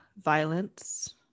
violence